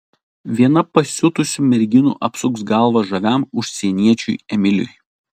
viena pasiutusių merginų apsuks galvą žaviam užsieniečiui emiliui